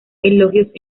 elogios